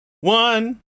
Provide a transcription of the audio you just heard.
one